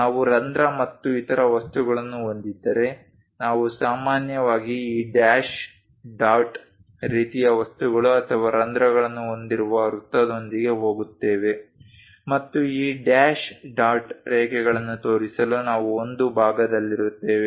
ನಾವು ರಂಧ್ರ ಮತ್ತು ಇತರ ವಸ್ತುಗಳನ್ನು ಹೊಂದಿದ್ದರೆ ನಾವು ಸಾಮಾನ್ಯವಾಗಿ ಈ ಡ್ಯಾಶ್ ಡಾಟ್ ರೀತಿಯ ವಸ್ತುಗಳು ಅಥವಾ ರಂಧ್ರಗಳನ್ನು ಹೊಂದಿರುವ ವೃತ್ತದೊಂದಿಗೆ ಹೋಗುತ್ತೇವೆ ಮತ್ತು ಈ ಡ್ಯಾಶ್ ಡಾಟ್ ರೇಖೆಗಳನ್ನು ತೋರಿಸಲು ನಾವು ಒಂದು ಭಾಗದಲ್ಲಿರುತ್ತೇವೆ